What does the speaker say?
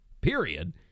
period